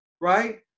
right